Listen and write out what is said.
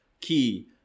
Key